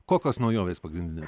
kokios naujovės pagrindinės